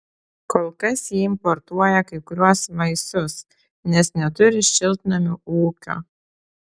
kol kas jie importuoja kai kuriuos vaisius nes neturi šiltnamių ūkio